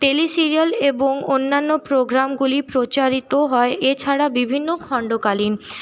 tele serial এবং অন্যান্য প্রোগ্রামগুলি প্রচারিত হয় এছাড়া বিভিন্ন খণ্ডকালীন